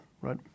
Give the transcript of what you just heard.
right